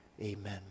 Amen